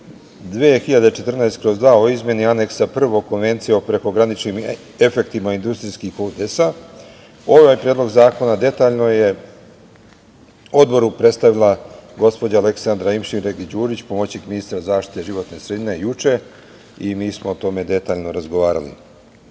2014/2 o izmeni Aneksa 1 Konvencije o prekograničnim efektima industrijskih udesa. Ovaj predlog zakona detaljno je Odboru predstavila gospođa Aleksandra Imširagić Đurić, pomoćnik ministra zaštite životne sredine, juče i mi smo o tome detaljno razgovarali. Konvencija